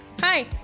Hi